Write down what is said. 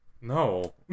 no